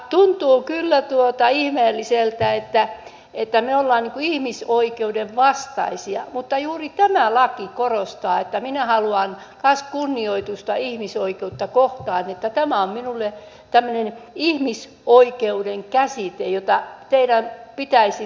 tuntuu kyllä ihmeelliseltä että me olemme ihmisoikeuden vastaisia mutta juuri tämä laki korostaa että minä haluan kanssa kunnioitusta ihmisoikeutta kohtaan että tämä on minulle tämmöinen ihmisoikeuden käsite jota teidän pitäisi kunnioittaa